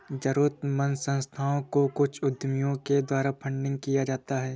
जरूरतमन्द संस्थाओं को कुछ उद्यमियों के द्वारा फंडिंग किया जाता है